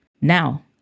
Now